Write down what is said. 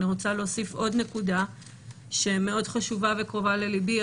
אני רוצה להוסיף עוד נקודה שמאוד חשובה וקרובה לליבי,